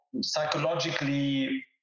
psychologically